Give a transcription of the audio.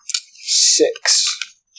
six